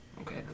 Okay